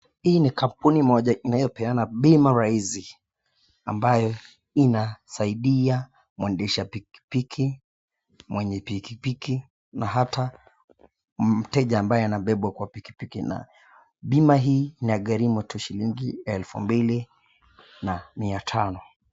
Hii ni kampuni moja inayopeana bima rahisi ambayo inasaidia mwendesha pikipiki mwenye pikipiki na hata mteja ambaye anabebwa kwa pikipiki ,bima hii inagharimu tu shilingi elfu mbili na mia tano.